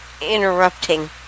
interrupting